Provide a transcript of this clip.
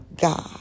God